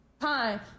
time